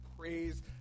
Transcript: praise